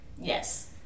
yes